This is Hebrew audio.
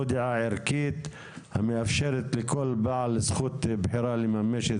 לא דעה ערכית המאפשרת לכל בעל זכות בחירה לממש את